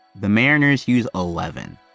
the mariners use eleven.